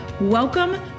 Welcome